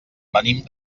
venim